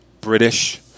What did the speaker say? British